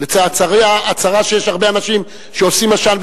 הצרה שיש הרבה אנשים שעושים עשן,